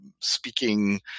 speaking